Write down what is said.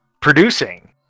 producing